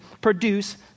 produce